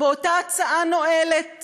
באותה הצעה נואלת